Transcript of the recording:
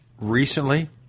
Recently